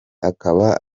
akaba